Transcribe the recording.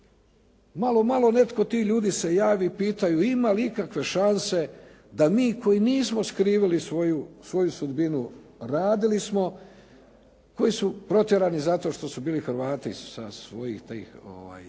Malo, malo netko ti ljudi se javi i pitaju ima li ikakve šanse da mi koji nismo skrivili svoju sudbinu, radili smo, koji su protjerani zato što su bili Hrvati sa svojih tih